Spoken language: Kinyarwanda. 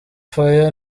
fire